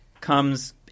Comes